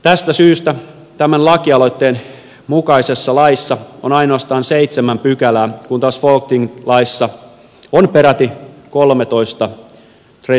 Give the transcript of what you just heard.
tästä syystä tämän laki aloitteen mukaisessa laissa on ainoastaan seitsemän pykälää kun taas folktinget laissa on peräti kolmetoista tretton pykälää